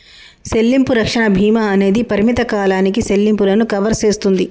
సెల్లింపు రక్షణ భీమా అనేది పరిమిత కాలానికి సెల్లింపులను కవర్ సేస్తుంది